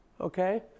Okay